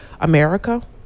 America